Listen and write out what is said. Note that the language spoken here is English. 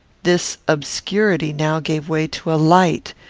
this obscurity now gave way to a light,